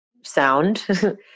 sound